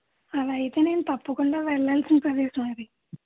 అలా అయితే నేను తప్పకుండా వెళ్లాల్సిన ప్రదేశం అది